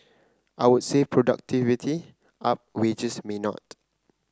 I would say productivity up wages may not